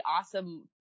awesome